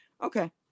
okay